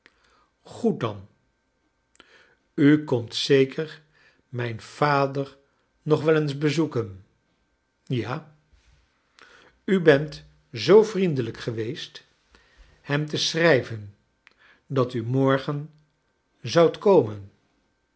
goed dan u komt zeker mijn vader nog wel eens bezoeken ja u bent zoo vriendelijk geweest hem te schrijven dat u morgen zoudt komen